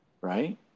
Right